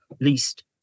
least